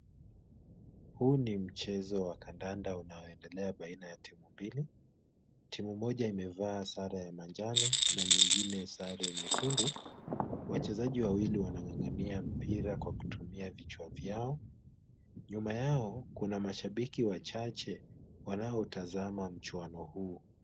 Huu ni mchezo wa kandanda unaoendelea baina ya timu mbili. Timu moja imevaa sare ya manjano na nyingine sare nyekundu. Wachezaji wawili wanang'ang'ania mpira kwa kutumia vichwa vyao. Nyuma yao kuna mashabiki wachache wanaotazama mchuano huu.